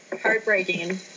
Heartbreaking